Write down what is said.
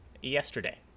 yesterday